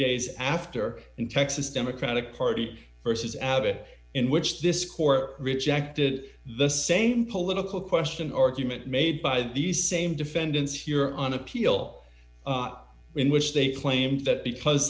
days after in texas democratic party versus abbott in which this court rejected the same political question argument made by these same defendants here on appeal in which they claimed that because